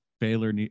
Baylor